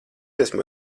esmu